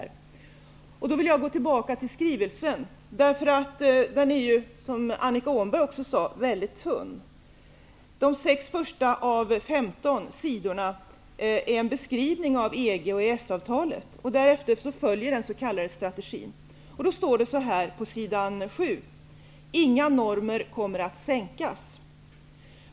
Jag vill då gå tillbaka till skrivelsen, vilken -- som Annika Åhnberg sade -- är väldigt tunn. De sex första av de femton sidorna är en beskrivning av EG och EES avtalet. Därpå följer den s.k. strategin. På s. 7 står det: Inga normer kommer att sänkas.